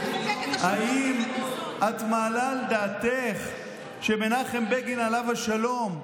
האם את מעלה על דעתך שמנחם בגין, עליו השלום,